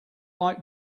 like